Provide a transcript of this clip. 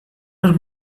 are